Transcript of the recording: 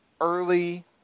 early